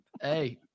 Hey